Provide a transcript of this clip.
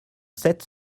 sept